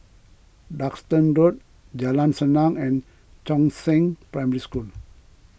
Duxton Road Jalan Senang and Chongzheng Primary School